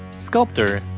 sculptor,